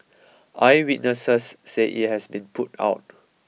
eyewitnesses say it has been put out